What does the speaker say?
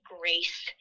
grace